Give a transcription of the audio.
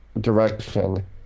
direction